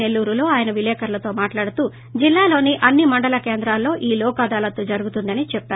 నెల్లూరులో ఆయన విలేకరులతో మాట్లాడుతూ జిల్లాలోని అన్ని మండల కేంద్రాలలో ఈ లోక్ అదాలత్ జరుగుతుందని చెప్పారు